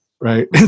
right